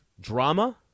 drama